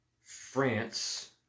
France